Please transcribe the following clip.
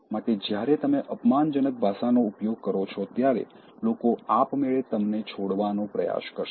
માટે જ્યારે તમે અપમાનજનક ભાષાનો ઉપયોગ કરો છો ત્યારે લોકો આપમેળે તમને છોડવાનો પ્રયાસ કરશે